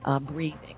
breathing